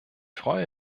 freue